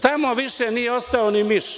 Tamo više nije ostao ni miš.